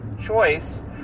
choice